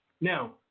Now